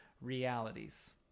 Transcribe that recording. realities